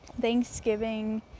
Thanksgiving